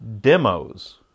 Demos